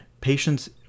patients